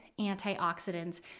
antioxidants